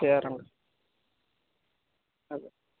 ചെയ്യാറുണ്ട് അതെ